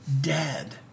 dead